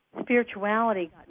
spirituality